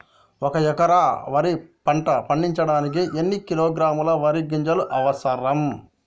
ఒక్క ఎకరా వరి పంట పండించడానికి ఎన్ని కిలోగ్రాముల వరి గింజలు అవసరం?